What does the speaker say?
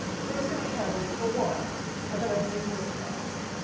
satan's going to have it for a while and then i'm taking it back